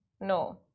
No